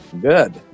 Good